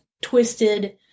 twisted